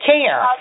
Care